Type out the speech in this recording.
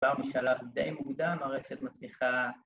‫כבר משלב די מוקדם, ‫הרשת מצליחה...